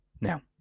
now